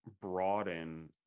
broaden